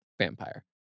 vampire